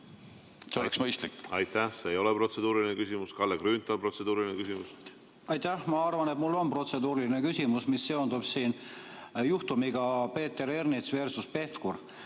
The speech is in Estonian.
küsimus. Aitäh! See ei ole protseduuriline küsimus. Kalle Grünthal, protseduuriline küsimus. Aitäh! Ma arvan, et mul on protseduuriline küsimus, mis seondub juhtumiga Peeter ErnitsversusHanno Pevkur.